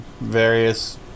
various